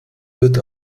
wird